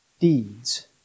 deeds